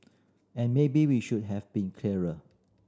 and maybe we should have been clearer